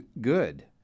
good